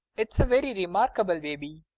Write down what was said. it's a vcry remarkable baby.